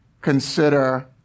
consider